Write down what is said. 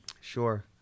Sure